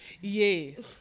yes